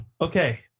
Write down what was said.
Okay